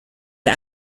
der